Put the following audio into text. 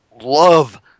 love